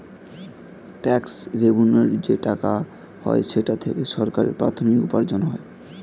tax রেভেন্যুর যে টাকা হয় সেটা থেকে সরকারের প্রাথমিক উপার্জন হয়